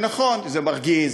ונכון שזה מרגיז,